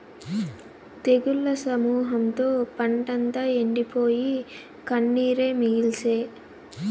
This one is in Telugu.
తెగుళ్ల సమూహంతో పంటంతా ఎండిపోయి, కన్నీరే మిగిల్సే